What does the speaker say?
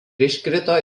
iškrito